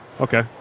Okay